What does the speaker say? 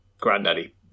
Granddaddy